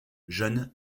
jeune